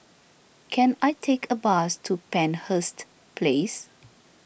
can I take a bus to Penshurst Place